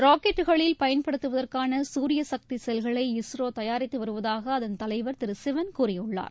ராக்கெட்டுக்களில் பயன்படுத்துவதற்கான சூரிய சக்தி செல்களை இஸ்ரோ தயாரித்து வருவதாக அதன் தலைவர் திரு சிவன் கூறியுள்ளார்